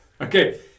Okay